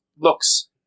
looks